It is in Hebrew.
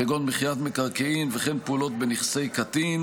כגון מכירת מקרקעין וכן פעולות בנכסי קטין